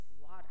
water